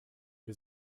wir